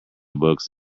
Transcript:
books